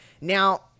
Now